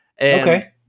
Okay